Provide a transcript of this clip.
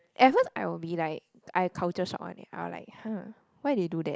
at first I will be like I culture shock one leh I will like !huh! why they do that